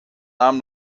nahm